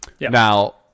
Now